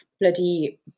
bloody